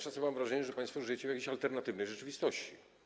Czasem mam wrażenie, że państwo żyjecie w jakiś alternatywnej rzeczywistości.